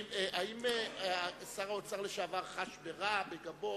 האם שר האוצר לשעבר חש ברע או בגבו?